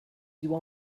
doit